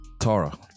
Tara